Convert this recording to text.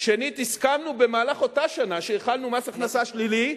הסכמנו במהלך אותה שנה שהחלנו מס הכנסה שלילי,